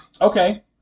okay